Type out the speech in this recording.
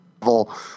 level